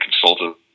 consultant